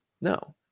No